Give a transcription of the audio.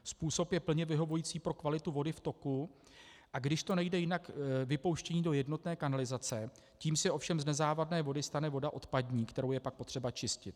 Způsob je plně vyhovující pro kvalitu vody v toku, a když to nejde jinak, vypouštění do jednotné kanalizace, tím se ovšem z nezávadné vody stane voda odpadní, kterou je pak potřeba čistit.